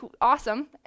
awesome